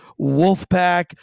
Wolfpack